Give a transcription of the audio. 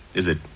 is it?